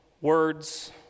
words